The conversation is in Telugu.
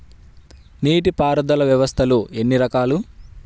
నీటిపారుదల వ్యవస్థలు ఎన్ని రకాలు?